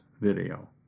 video